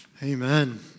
Amen